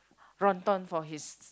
for his